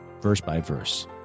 verse-by-verse